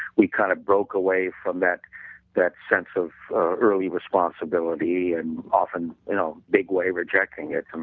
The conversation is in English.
we kind of broke away from that that sense of early responsibility and often in a big way rejecting it. um